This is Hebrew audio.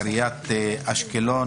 עיריית אשקלון.